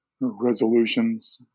resolutions